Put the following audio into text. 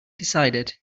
decided